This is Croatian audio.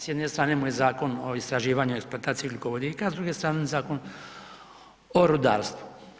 S jedne strane mu je Zakon o istraživanju i eksploataciji ugljikovodika, a s druge strane Zakon o rudarstvu.